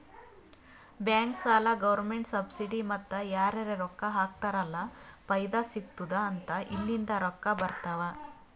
bank, ಸಾಲ, government subsidy ಮತ್ತ ಯಾರರೇ ರೊಕ್ಕಾ ಹಾಕ್ತಾರ್ ಅಲ್ಲ ಫೈದಾ ಸಿಗತ್ತುದ್ ಅಂತ ಇಲ್ಲಿಂದ್ ರೊಕ್ಕಾ ಬರ್ತಾವ್